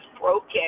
broken